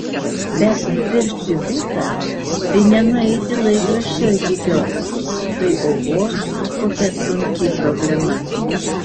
bet nupirkti butą tai ne nueiti laikraščio iki kiosko tai oho kokia sunki problema